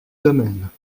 domaines